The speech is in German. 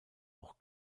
auch